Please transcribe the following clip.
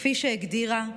כפי שהגדירה,